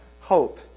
hope